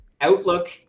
outlook